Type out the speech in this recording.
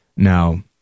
Now